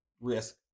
risk